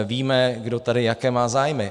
Víme, kdo tady jaké má zájmy.